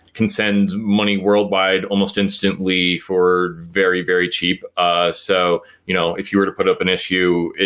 can send money worldwide almost instantly for very very cheap. ah so you know, if you were to put up an issue,